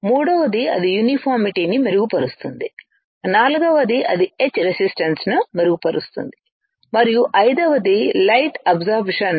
మూడవది అది యూనిఫామిటీని మెరుగుపరుస్తుంది నాల్గవది అది ఎచ్ రెసిస్టన్స్ను మెరుగుపరుస్తుంది మరియు ఐదవది లైట్ అబ్సర్బన్స్ light absorbance